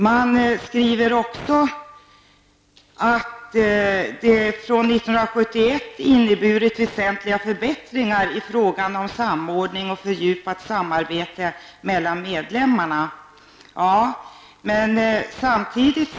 Man skriver också att det har inneburit väsentliga förbättringar i frågan om samordning och fördjupat samarbete mellan medlemmarna sedan 1971.